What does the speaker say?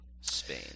Spain